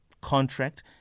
contract